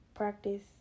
Practice